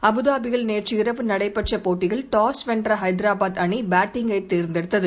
அபுதாபியில் நேற்றிரவு நடைபெற்ற போட்டியில் டாஸ் வென்ற ஹைதராபாத் அணி பேட்டிங்கை தேர்ந்தெடுத்தது